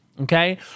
okay